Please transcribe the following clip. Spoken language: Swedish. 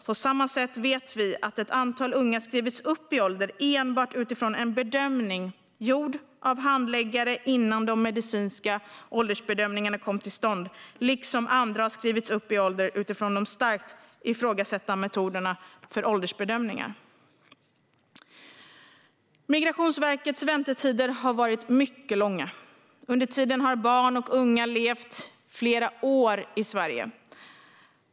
På samma sätt vet vi att ett antal unga skrivits upp i ålder enbart utifrån en bedömning gjord av handläggare innan de medicinska åldersbedömningarna kom till stånd. Andra har skrivits upp i ålder utifrån de starkt ifrågasatta metoderna för åldersbedömningar. Migrationsverkets väntetider har varit mycket långa. Under tiden har barn och unga levt flera år i Sverige.